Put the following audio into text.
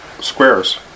squares